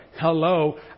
Hello